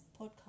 podcast